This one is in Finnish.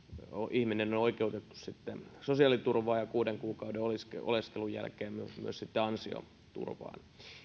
ihminen on oikeutettu sosiaaliturvaan ja kuuden kuukauden oleskelun jälkeen myös ansioturvaan